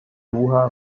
doha